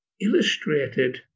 illustrated